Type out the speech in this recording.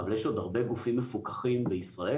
אבל יש עוד הרבה גופים מפוקחים בישראל,